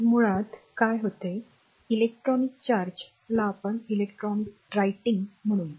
मुळात काय होते इलेक्ट्रॉनिक चार्ज जे इलेक्ट्रॉन आहे ते इलेक्ट्रॉन रायटिंग होते